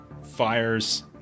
fires